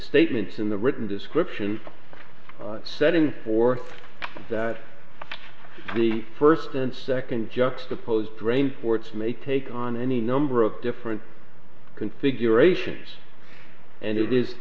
statements in the written description setting forth that the first and second juxtaposed grain forts make take on any number of different configurations and it is